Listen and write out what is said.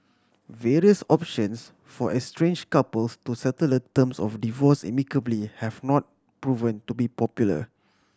various options for estrange couples to settle the terms of divorce amicably have not proven to be popular